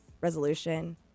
resolution